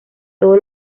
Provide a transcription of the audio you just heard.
todo